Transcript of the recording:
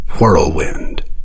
Whirlwind